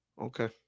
Okay